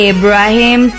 Abraham